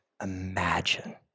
imagine